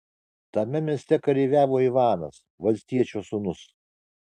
tame mieste kareiviavo ivanas valstiečio sūnus